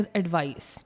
advice